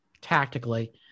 tactically